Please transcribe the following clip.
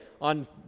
on